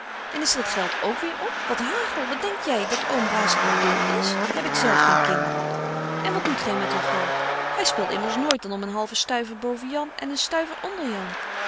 burgerhart is dat geld ook weêr op wat hagel wel denkt jy dat oom razende dol is heb ik zelf geen kinderen en wat doet gy met uw geld gy speelt immers nooit dan om een halve stuiver boven jan en een stuiver onder jan